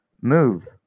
Move